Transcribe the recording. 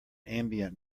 ambient